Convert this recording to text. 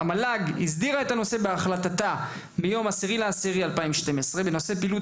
המל"ג הסדירה את הנושא בהחלטתה מיום 10.10.2012 בנושא פעילות